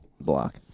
block